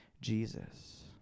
Jesus